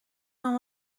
van